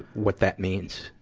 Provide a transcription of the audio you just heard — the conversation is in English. what that means.